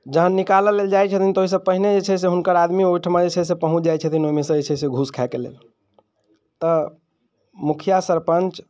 जहन निकालऽ लेल जाइत छथिन तऽ ओहिसँ पहिने जे छै से हुनकर आदमी ओहिठमा जे छै से पहुँच जाइत छथिन ओहिमे से जे छै घूस खायके लेल तऽ मुखिआ सरपञ्च